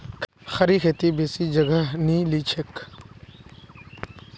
खड़ी खेती बेसी जगह नी लिछेक